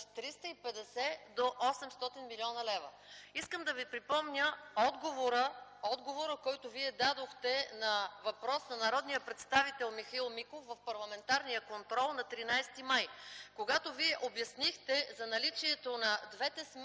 350 до 800 млн. лв. Искам да Ви припомня отговора, който Вие дадохте на въпрос на народния представител Михаил Миков в парламентарния контрол на 13 май т.г., когато Вие обяснихте за наличието на двете сметки